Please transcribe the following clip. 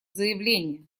заявление